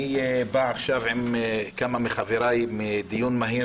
אני בא עכשיו עם כמה מחבריי מדיון מהיר